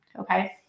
okay